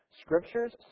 Scriptures